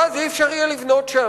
ואז לא יהיה אפשר לבנות שם.